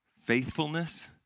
faithfulness